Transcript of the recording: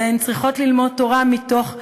אלא הן צריכות ללמוד תורה מתוך פלפול,